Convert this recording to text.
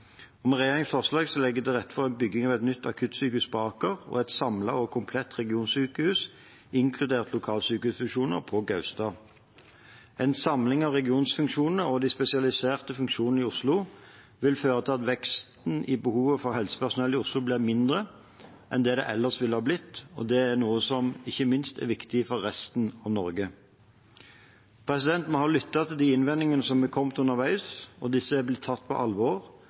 Med regjeringens forslag legges det til rette for bygging av et nytt akuttsykehus på Aker og et samlet og komplett regionsykehus, inkludert lokalsykehusfunksjoner, på Gaustad. En samling av regionsfunksjonene og de spesialiserte funksjonene i Oslo vil føre til at veksten i behovet for helsepersonell i Oslo blir mindre enn det den ellers ville ha blitt, og det er noe som ikke minst er viktig for resten av Norge. Vi har lyttet til de innvendingene som har kommet underveis, og disse er blitt tatt på alvor,